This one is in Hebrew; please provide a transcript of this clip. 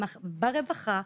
ברווחה,